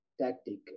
tactic